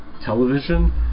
television